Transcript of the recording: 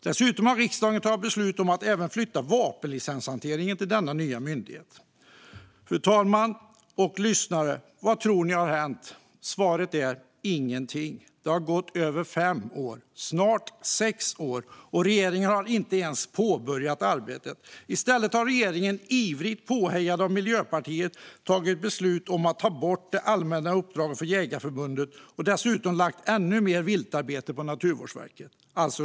Dessutom har riksdagen tagit beslut om att även flytta vapenlicenshanteringen till denna nya myndighet. Fru talman och lyssnare! Vad tror ni har hänt? Svaret är: Ingenting. Det har gått över fem år - snart sex år - och regeringen har inte ens påbörjat arbetet. I stället har regeringen, ivrigt påhejad av Miljöpartiet, tagit beslut om att ta bort det allmänna uppdraget från Jägareförbundet och dessutom lagt ännu mer viltarbete på Naturvårdsverket.